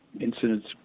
incidents